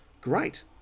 great